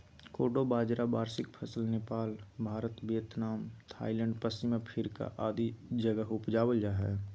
कोडो बाजरा वार्षिक फसल नेपाल, भारत, वियतनाम, थाईलैंड, पश्चिम अफ्रीका आदि जगह उपजाल जा हइ